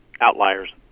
outliers